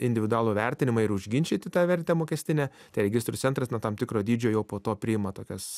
individualų vertinimą ir užginčyti tą vertę mokestinę registrų centras nuo tam tikro dydžio jau po to priima tokias